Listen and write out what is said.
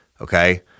Okay